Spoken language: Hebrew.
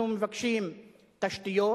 אנחנו מבקשים תשתיות,